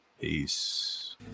Peace